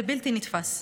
זה בלתי נתפס.